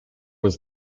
was